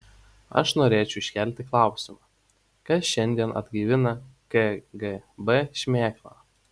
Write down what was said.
aš norėčiau iškelti klausimą kas šiandien atgaivina kgb šmėklą